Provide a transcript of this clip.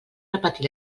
repetir